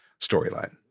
storyline